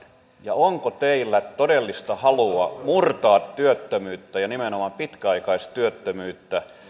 ja onko teillä todellista halua murtaa työttömyyttä ja nimenomaan pitkäaikaistyöttömyyttä